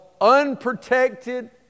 unprotected